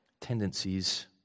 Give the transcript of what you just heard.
tendencies